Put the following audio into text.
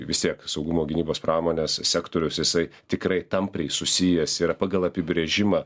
vis tiek saugumo gynybos pramonės sektorius jisai tikrai tampriai susijęs yra pagal apibrėžimą